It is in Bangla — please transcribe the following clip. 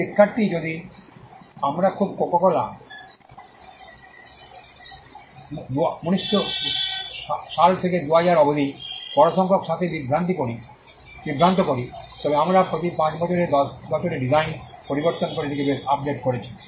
শিক্ষার্থী যদি আমরা খুব কোকো কোলা 1900 থেকে 2000 অবধি বড় সংখ্যক সাথে বিভ্রান্ত করি তবে আমরা প্রতি 5 বছরে প্রতি 10 বছরে ডিজাইন পরিবর্তন করে এটিকে বেশ আপডেট করেছি